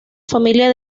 familia